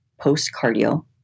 post-cardio